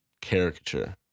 caricature